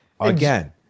Again